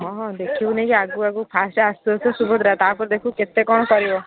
ହଁ ଦେଖିବୁନି କି ଆଗକୁ ଆଗକୁ ଫାଷ୍ଟ ଆସୁ ଆସୁ ସୁଭଦ୍ରା ତାପରେ ଦେଖିବୁ କେତେ କ'ଣ କରିବ